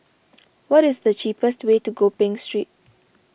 what is the cheapest way to Gopeng Street